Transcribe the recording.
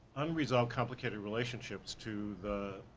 unresolved complicated relationships to the,